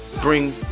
bring